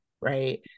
right